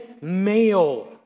male